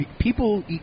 People